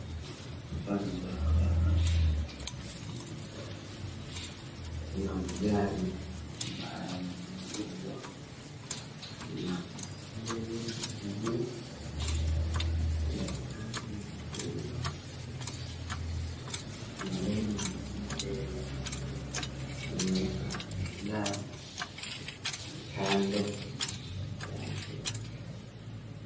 Hapa ni barabarani. Kuna magari abayo yamebebwa na lori kubwa. Magari haya ni ya kuuzwa. Kuna lori nyingine mbele ya nyeupe na magari kando yake.